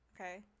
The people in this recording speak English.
Okay